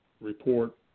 report